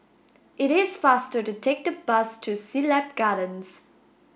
it is faster to take the bus to Siglap Gardens